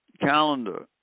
calendar